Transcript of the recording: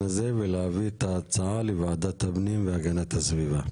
הזה ולהביא את ההצעה לוועדת הפנים והגנת הסביבה.